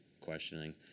questioning